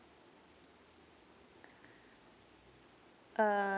uh